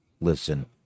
listen